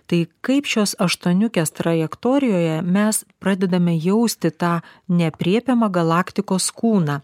tai kaip šios aštuoniukės trajektorijoje mes pradedame jausti tą neaprėpiamą galaktikos kūną